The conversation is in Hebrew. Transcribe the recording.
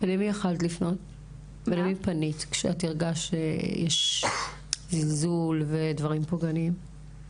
למי פנית כשאת הרגשת זלזול ודברים פוגעניים?